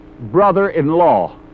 brother-in-law